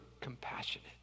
compassionate